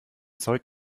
zeug